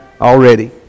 already